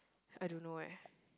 I don't know eh